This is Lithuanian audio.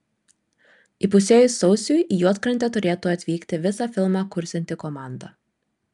įpusėjus sausiui į juodkrantę turėtų atvykti visa filmą kursianti komanda